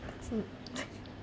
that's it